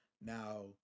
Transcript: Now